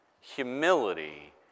...humility